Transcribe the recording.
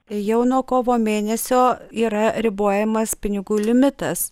jau nuo kovo mėnesio yra ribojamas pinigų limitas